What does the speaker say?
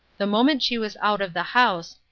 the moment she was out of the house,